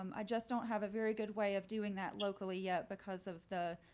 um i just don't have a very good way of doing that locally yet because of the